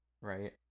right